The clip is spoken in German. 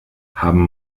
haben